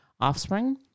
offspring